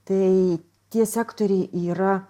tai tie sektoriai yra